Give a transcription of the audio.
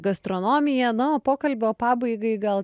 gastronomiją na o pokalbio pabaigai gal